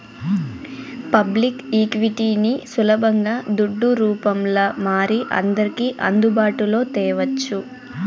public ఈక్విటీని సులబంగా దుడ్డు రూపంల మారి అందర్కి అందుబాటులో తేవచ్చు